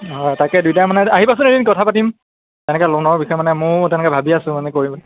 হয় তাকে দুয়োটাই মানে আহিবাচোন এদিন কথা পাতিম তেনেকৈ লোনৰ বিষয়ে মানে ময়ো তেনেকৈ ভাবি আছোঁ মানে কৰিম বুলি